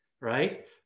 right